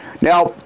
Now